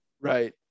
Right